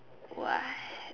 what